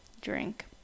drink